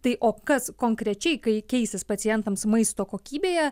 tai o kas konkrečiai kai keisis pacientams maisto kokybėje